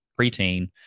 preteen